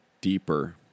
deeper